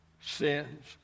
sins